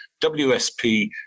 WSP